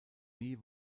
nie